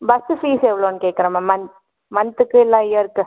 bus fees எவ்வளோனு கேட்குறேன் ma'am month மன்த்துக்கு இல்லை இயருக்கு